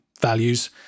values